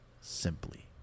simply